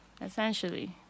essentially